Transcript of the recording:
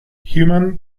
human